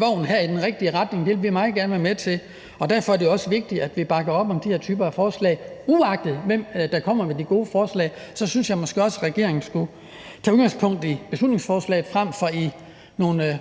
vogn her i den rigtige retning vil vi meget gerne være med til, og derfor er det også vigtigt, at vi bakker op om de her typer af forslag, uagtet hvem der kommer med de gode forslag. Og så synes jeg måske også, at regeringen skulle tage udgangspunkt i beslutningsforslaget frem for i nogle